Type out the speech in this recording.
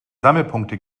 sammelpunkte